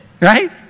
right